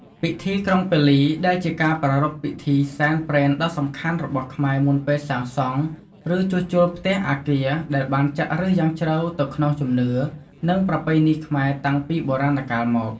ពិធីក្រុងពាលី ដែលជាការប្រារព្ធពិធីសែនព្រែនដ៍សំខាន់របស់ខ្មែរមុនពេលសាងសង់ ឬជួសជុល ផ្ទះ អគារ ដែលបានចាក់ឫសយ៉ាងជ្រៅទៅក្នុងជំនឿ និងប្រពៃណីខ្មែរតាំងពីបុរាណកាលមក។